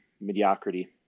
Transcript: mediocrity